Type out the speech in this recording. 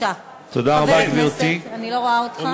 חבר הכנסת, אני לא רואה אותך.